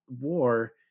War